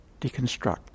deconstruct